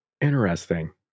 interesting